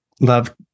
love